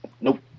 nope